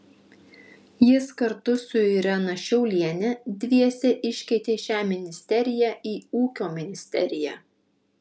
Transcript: jis kartu su irena šiaulienė dviese iškeitė šią ministeriją į ūkio ministeriją